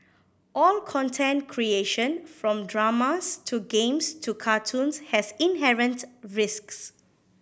all content creation from dramas to games to cartoons has inherent risks